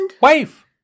Wife